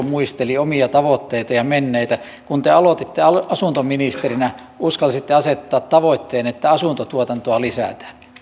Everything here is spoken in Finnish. muisteli omia tavoitteitaan ja menneitä kun te aloititte asuntoministerinä uskalsitte asettaa tavoitteen että asuntotuotantoa lisätään